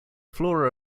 flora